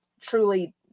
truly